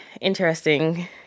interesting